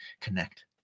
connect